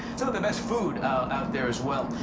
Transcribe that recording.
some of the best food out there as well.